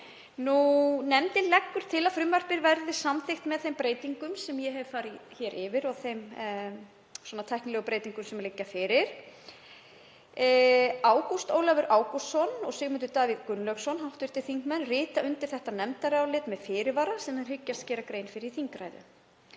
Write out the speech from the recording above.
Nefndin leggur til að frumvarpið verði samþykkt með þeim breytingum sem ég hef farið hér yfir og þeim tæknilegu breytingum sem liggja fyrir. Ágúst Ólafur Ágústsson og Sigmundur Davíð Gunnlaugsson rita undir nefndarálit þetta með fyrirvara sem þeir hyggjast gera grein fyrir í þingræðu.